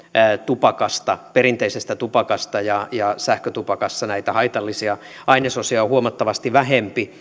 tupakasta perinteisestä tupakasta ja ja sähkötupakassa näitä haitallisia ainesosia on huomattavasti vähemmän